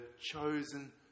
chosen